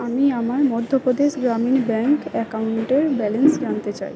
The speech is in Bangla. আমি আমার মধ্য প্রদেশ গ্রামীণ ব্যাংক অ্যাকাউন্টের ব্যালেন্স জানতে চাই